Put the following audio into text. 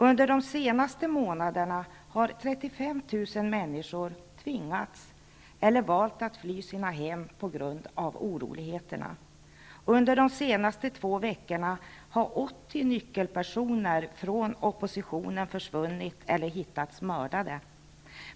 Under de senaste månaderna har 35 000 människor tvingats eller valt att fly från sina hem på grund av oroligheterna. Under de senaste två veckorna har 80 nyckelpersoner från oppositionen försvunnit eller hittats mördade.